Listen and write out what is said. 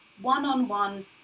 one-on-one